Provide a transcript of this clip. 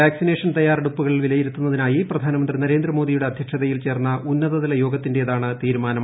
vaccination തയ്യാറെടുപ്പുകൾ വിലയിരുത്തുന്നതിനായി പ്രധാനമന്ത്രി നരേന്ദ്രമോദിയുടെ അദ്ധ്യക്ഷതയിൽ ചേർന്ന ഉന്നതതല യോഗത്തിന്റേതാണ് തീരുമാനം